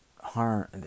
harm